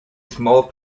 small